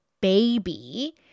baby